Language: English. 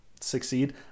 succeed